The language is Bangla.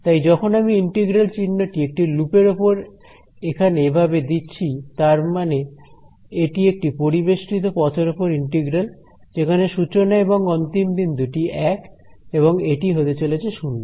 তাই যখন আমি ইন্টিগ্রাল চিহ্নটি একটি লুপের ওপর এখানে এভাবে দিচ্ছি তার তারমানে এটি একটি পরিবেষ্টিত পথের ওপর ইন্টিগ্রাল যেখানে সূচনা এবং অন্তিম বিন্দুটি এক এবং এটি হতে চলেছে শুন্য